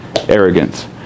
arrogance